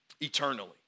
eternally